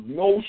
no